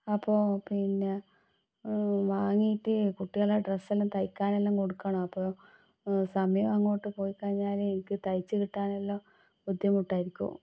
അപ്പോൾ പിന്നെ വാങ്ങിയിട്ട് കുട്ടികളുടെ ഡ്രെസ്സെല്ലാം തൈക്കാനെല്ലാം കൊടുക്കണം അപ്പോൾ സമയം അങ്ങോട്ട് പോയി കഴിഞ്ഞാൽ എനിക്ക് തയ്ച്ചു കിട്ടാനെല്ലാം ബുദ്ധിമുട്ടായിരിക്കും